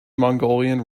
mongolian